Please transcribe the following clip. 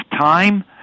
time